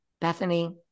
Bethany